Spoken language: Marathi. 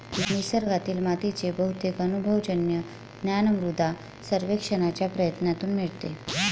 निसर्गातील मातीचे बहुतेक अनुभवजन्य ज्ञान मृदा सर्वेक्षणाच्या प्रयत्नांतून मिळते